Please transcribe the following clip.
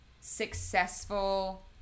successful